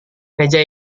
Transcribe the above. meja